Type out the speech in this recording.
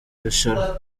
rushanwa